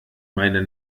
meine